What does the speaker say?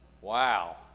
Wow